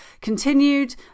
continued